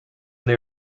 they